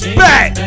back